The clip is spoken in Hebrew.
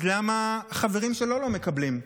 אז למה חברים שלו לא מקבלים?